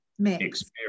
experience